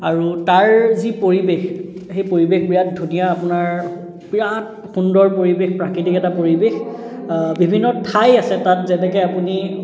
আৰু তাৰ যি পৰিৱেশ সেই পৰিৱেশ বিৰাট ধুনীয়া আপোনাৰ বিৰাট সুন্দৰ পৰিৱেশ প্ৰাকৃতিক এটা পৰিৱেশ বিভিন্ন ঠাই আছে তাত যেনেকৈ আপুনি